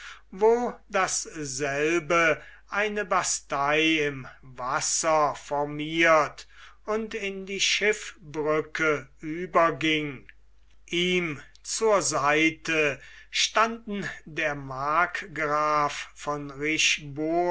wo dasselbe eine bastei im wasser formierte und in die schiffbrücke überging ihm zur seite standen der markgraf von